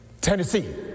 Tennessee